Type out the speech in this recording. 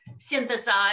synthesize